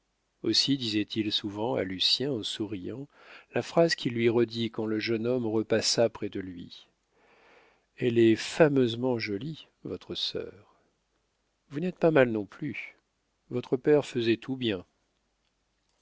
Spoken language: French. aussi disait-il souvent à lucien en souriant la phrase qu'il lui redit quand le jeune homme repassa près de lui elle est fameusement jolie votre sœur vous n'êtes pas mal non plus votre père faisait tout bien